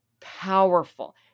powerful